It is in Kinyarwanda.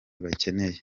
bakeneye